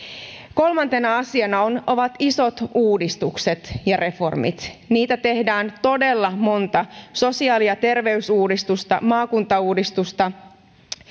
kolmantena asiana ovat isot uudistukset ja reformit niitä tehdään todella monta sosiaali ja terveysuudistusta maakuntauudistusta